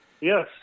Yes